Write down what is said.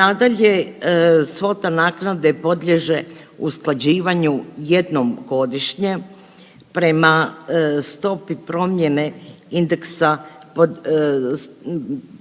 Nadalje, svota naknade podliježe usklađivanju jednom godišnje prema stopi promjene indeksa